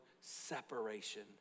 separation